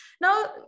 Now